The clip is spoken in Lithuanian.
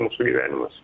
mūsų gyvenimas